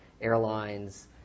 airlines